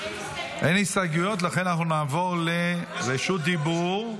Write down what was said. לכן אנחנו נעבור לבקשות לרשות דיבור.